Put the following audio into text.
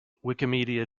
wikimedia